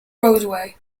roadway